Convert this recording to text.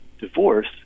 divorce